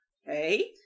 Hey